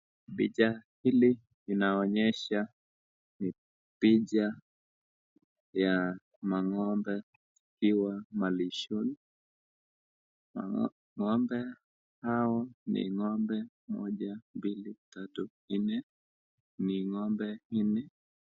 Picha hili linaonyesha picha ya mang'ombe ikiwa malishoni. Ng'ombe hawa ni ngombe moja, mbili ,tatu, nne, ni ng'ombe nne.